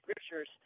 scriptures